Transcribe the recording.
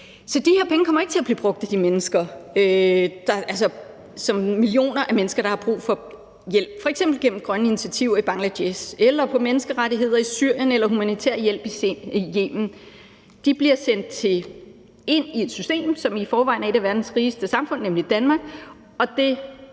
Så de her penge kommer ikke til at blive brugt på de mennesker, altså de millioner af mennesker, der har brug for hjælp, f.eks. gennem grønne initiativer i Bangladesh, på menneskerettigheder i Syrien eller humanitær hjælp i Yemen. De bliver sendt ind i et system, som i forvejen er et af verdens rigeste samfund, nemlig Danmark,